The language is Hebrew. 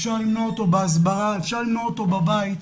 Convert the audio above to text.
אפשר למנוע אותו בהסברה, אפשר למנוע אותו בבית.